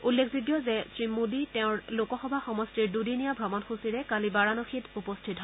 উল্লেখযোগ্য যে শ্ৰীমোদী তেওঁৰ লোকসভা সমষ্টিৰ দুদিনীয়া ভ্ৰমণসূচীৰে কালি বাৰানসীত উপস্থিত হয়